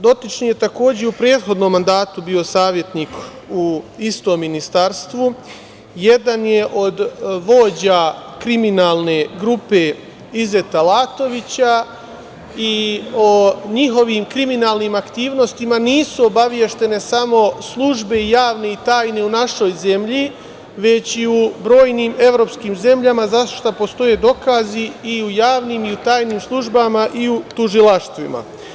Dotični je takođe u prethodnom mandatu bio savetnik u istom Ministarstvu, jedan je od vođa kriminalne grupe Izeta Latovića i o njihovim kriminalnim aktivnostima nisu obaveštene samo službe i javne i tajne u našoj zemlji, već i u brojnim evropskim zemljama za šta postoje dokazi i u javnim i u tajnim službama i u tužilaštvima.